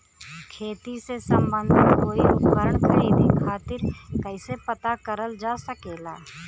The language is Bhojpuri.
खेती से सम्बन्धित कोई उपकरण खरीदे खातीर कइसे पता करल जा सकेला?